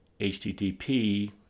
HTTP